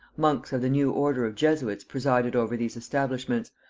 monks of the new order of jesuits presided over these establishments,